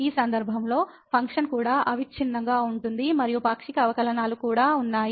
ఈ సందర్భంలో ఫంక్షన్ కూడా అవిచ్ఛిన్నంగా ఉంటుంది మరియు పాక్షిక అవకలనాలు కూడా ఉన్నాయి